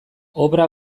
obra